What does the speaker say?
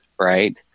right